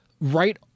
Right